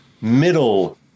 middle